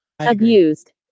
Abused